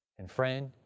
and friend,